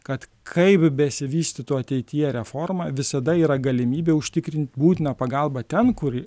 kad kaip besivystytų ateityje reforma visada yra galimybė užtikrint būtiną pagalbą ten kur